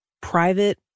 private